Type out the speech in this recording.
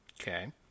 Okay